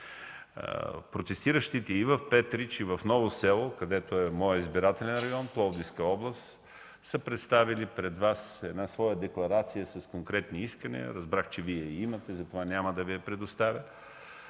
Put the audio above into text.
Протестиращите и в Петрич, и в Ново село, където е моят избирателен район – Пловдивска област, са представили пред Вас една своя декларация с конкретни искания. Разбрах, че Вие я имате, затова няма да Ви я предоставя.